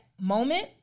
moment